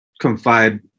confide